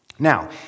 Now